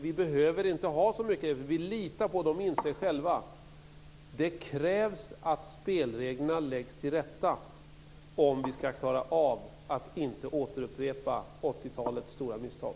Vi behöver inte ha så många regler, eftersom vi litar på att trafikanterna själva inser hur det ska vara. Det krävs att spelreglerna läggs till rätta om vi ska klara av att inte återupprepa 80-talets stora misstag.